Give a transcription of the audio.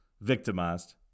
victimized